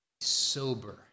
sober